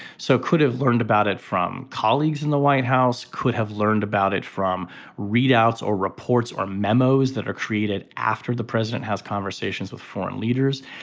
so could have learned about it from colleagues in the white house could have learned about it from readouts or reports or memos that are created after the president has conversations with foreign leaders